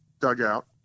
dugout